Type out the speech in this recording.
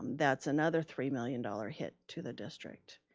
that's another three million dollars hit to the district.